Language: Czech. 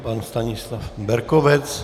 Pan Stanislav Berkovec.